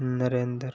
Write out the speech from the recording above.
Narendra